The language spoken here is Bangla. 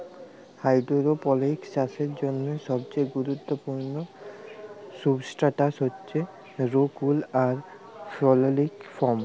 হাইডোরোপলিকস চাষের জ্যনহে সবচাঁয়ে গুরুত্তপুর্ল সুবস্ট্রাটাস হছে রোক উল আর ফেললিক ফম